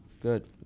Good